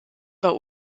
war